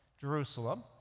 Jerusalem